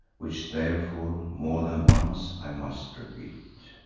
which therefore more than once i must repeat